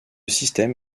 système